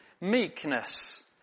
meekness